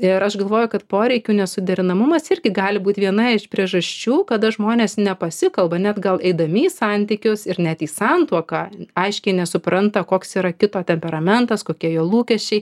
ir aš galvoju kad poreikių nesuderinamumas irgi gali būt viena iš priežasčių kada žmonės nepasikalba net gal eidami į santykius ir net į santuoką aiškiai nesupranta koks yra kito temperamentas kokie jo lūkesčiai